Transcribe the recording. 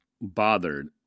bothered